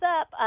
up